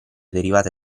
derivate